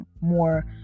more